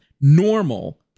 normal